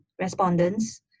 respondents